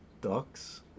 ducks